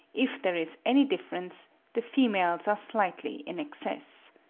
if there is any difference, the females are slightly in excess.